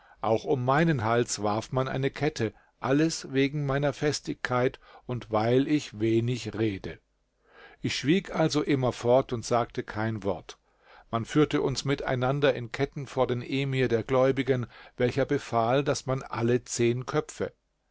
auch um meinen hals warf man eine kette alles wegen meiner festigkeit und weil ich wenig rede ich schwieg also immerfort und sagte kein wort man führte uns miteinander in ketten vor den emir der gläubigen welcher befahl daß man alle zehn köpfe